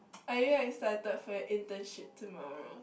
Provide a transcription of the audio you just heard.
are you excited for your internship tomorrow